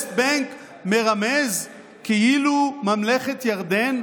West Bank מרמז כאילו ממלכת ירדן,